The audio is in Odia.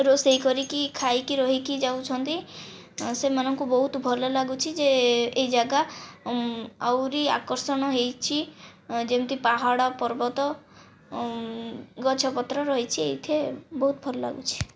ରୋଷେଇ କରିକି ଖାଇକି ରହିକି ଯାଉଛନ୍ତି ସେମାନଙ୍କୁ ବହୁତ ଭଲ ଲାଗୁଛି ଯେ ଏଇ ଜାଗା ଆହୁରି ଆକର୍ଷଣ ହୋଇଛି ଯେମିତି ପାହାଡ଼ ପର୍ବତ ଗଛ ପତ୍ର ରହିଛି ଏହିଠାରେ ବହୁତ ଭଲ ଲାଗୁଛି